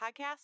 Podcast